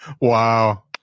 Wow